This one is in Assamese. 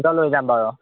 লৈ যাম বাৰু